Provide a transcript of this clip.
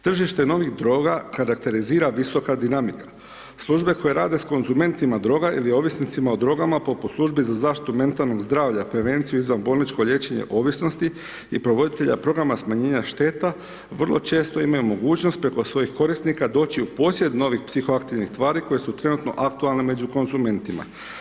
Tržište novih droga karakterizira visoka dinamika, službe koje rade s konzumentima droga ili ovisnicima o drogama, poput službi za zaštitu metalnih zdravlja, prevenciju izvanbolničko liječenje ovisnosti i provoditelja programa, smanjenja šteta, vrlo često imaju mogućnost preko svojih korisnika, doći u posjed novih psihoaktivnih tvari koje su trenutno aktualne među konzumentima.